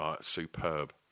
superb